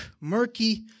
murky